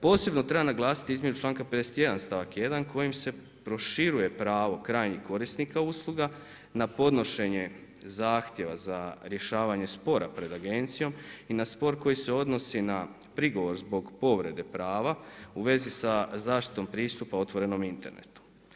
Posebno treba naglasiti izmjenu članka 51. stavak 1. kojim se proširuje pravo krajnjih korisnika usluga na podnošenje zahtjeva za rješavanje spora pred agencijom i na spor koji se odnosi na prigovor zbog povrede prava u vezi sa zaštitom pristupa otvorenom internetu.